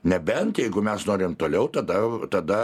nebent jeigu mes norim toliau tada tada